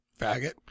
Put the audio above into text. Faggot